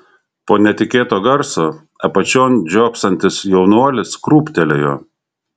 po netikėto garso apačion žiopsantis jaunuolis krūptelėjo